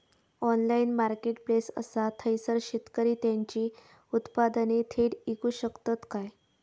Online marketplace असा थयसर शेतकरी त्यांची उत्पादने थेट इकू शकतत काय?